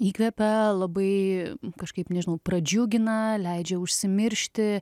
įkvepia labai kažkaip nežinau pradžiugina leidžia užsimiršti